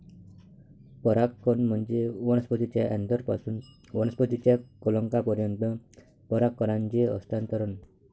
परागकण म्हणजे वनस्पतीच्या अँथरपासून वनस्पतीच्या कलंकापर्यंत परागकणांचे हस्तांतरण